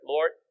Lord